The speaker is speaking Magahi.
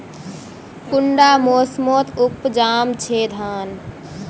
कुंडा मोसमोत उपजाम छै धान?